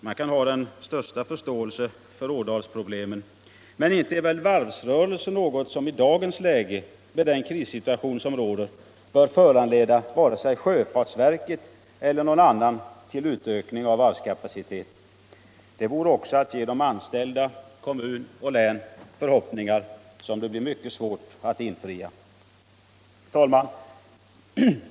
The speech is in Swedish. Man kan ha den största förståelse för Ådalsproblemen, men inte är väl varvsrörelse i dagens läge, med den krissituation som råder, något som bör föranleda vare sig sjöfartsverket eller någon annan till utökning av varvskapaciteten. Det vore också att ge de anställda, kommun och län förhoppningar som det blir svårt att infria. Herr talman!